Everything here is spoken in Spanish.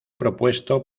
propuesto